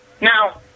now